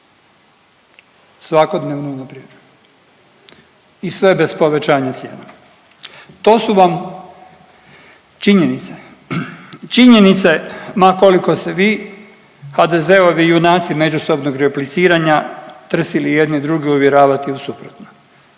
svakodnevno unapređuju i sve bez povećanja cijena. To su vam činjenice, činjenice ma koliko se vi HDZ-ovi junaci međusobnog repliciranja trsili jedni druge uvjeravati u suprotno.